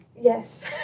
Yes